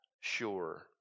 sure